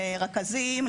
לרכזים,